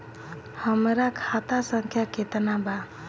हमरा खाता संख्या केतना बा?